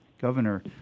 governor